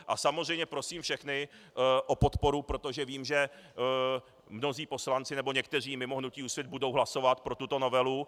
A samozřejmě prosím všechny o podporu, protože vím, že mnozí poslanci, nebo někteří mimo hnutí Úsvit, budou hlasovat pro tuto novelu.